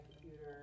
computer